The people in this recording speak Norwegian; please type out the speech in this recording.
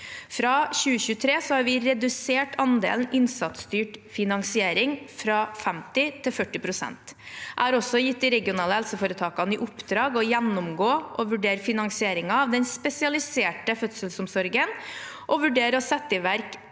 Fra 2023 har vi redusert andelen innsatsstyrt finansiering fra 50 pst. til 40 pst. Jeg har også gitt de regionale helseforetakene i oppdrag å gjennomgå og vurdere finansieringen av den spesialiserte fødselsomsorgen og vurdere og sette i verk